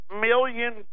million